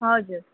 हजुर